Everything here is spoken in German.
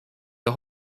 der